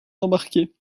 embarqués